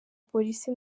polisi